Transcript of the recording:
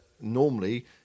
normally